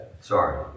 Sorry